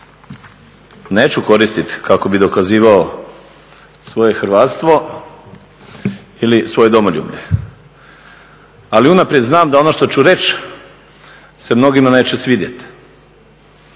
neću koristiti kako bih dokazivao svoje hrvatstvo ili svoje domoljublje. Ali unaprijed znam da on što ću reći se mnogima neće svidjeti.